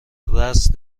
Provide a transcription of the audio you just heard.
راس